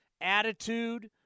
attitude